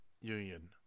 Union